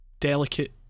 delicate